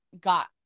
got